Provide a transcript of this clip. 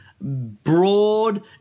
broad